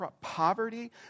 poverty